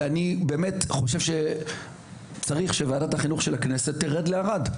ואני באמת חושב שצריך שוועדת החינוך של הכנסת תרד לערד,